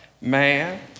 Man